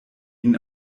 ihn